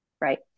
Right